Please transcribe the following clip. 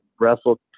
wrestled